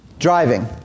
Driving